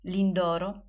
Lindoro